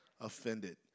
offended